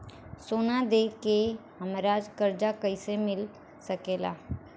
सोना दे के हमरा कर्जा कईसे मिल सकेला?